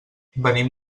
venim